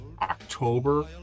October